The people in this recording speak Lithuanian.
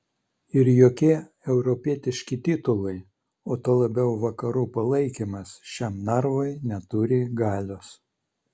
ir jokie europietiški titulai o tuo labiau vakarų palaikymas šiam narvui neturi galios